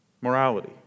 morality